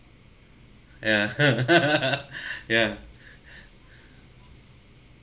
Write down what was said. ya ya